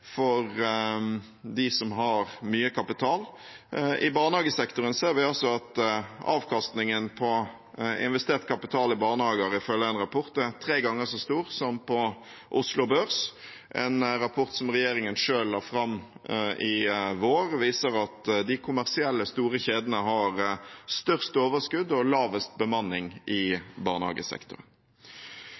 for dem som har mye kapital. I barnehagesektoren ser vi altså at avkastningen på investert kapital i barnehager ifølge en rapport er tre ganger så stor som på Oslo Børs. En rapport som regjeringen selv la fram i vår, viser at de kommersielle, store kjedene har størst overskudd og lavest bemanning i barnehagesektoren.